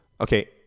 okay